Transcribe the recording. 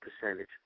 percentage